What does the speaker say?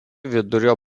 vidurio